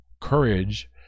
courage